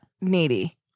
needy